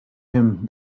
him